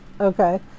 okay